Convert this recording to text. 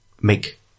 make